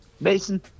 Mason